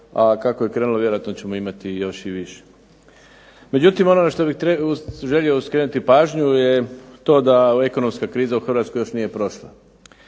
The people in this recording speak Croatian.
a kako je krenulo vjerojatno ćemo imati još i više. Međutim ono što bi želio skrenuti pažnju je to da ekonomska kriza u Hrvatskoj još nije prošla.